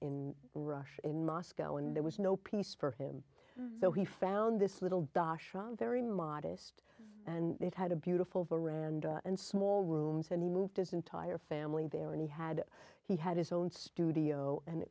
in russia in moscow and there was no peace for him so he found this little dosh on very modest and it had a beautiful veranda and small rooms and he moved his entire family there and he had he had his own studio and